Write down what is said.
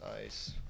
nice